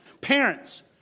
Parents